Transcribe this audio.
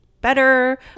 better